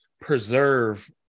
preserve